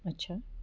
अच्छा